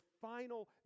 final